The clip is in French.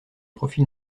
profil